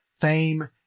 fame